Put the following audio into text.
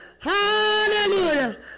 Hallelujah